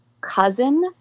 cousin